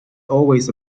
always